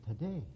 today